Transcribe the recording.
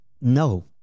No